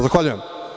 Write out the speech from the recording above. Zahvaljujem.